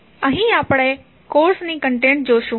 અહીં આપણે કોર્સની કન્ટેંટ જોશું